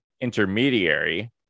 intermediary